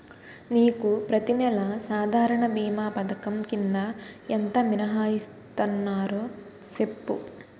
నీకు ప్రతి నెల సాధారణ భీమా పధకం కింద ఎంత మినహాయిస్తన్నారో సెప్పు